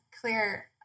clear